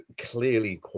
clearly